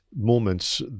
moments